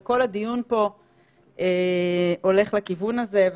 וכל הדיון פה הולך לכיוון הזה,